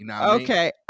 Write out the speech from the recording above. Okay